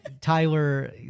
Tyler